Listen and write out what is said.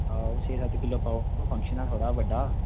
छे सत्त किलो पाई ओड़ेओ फंक्शन ऐ साढ़े बड़ा बड्डा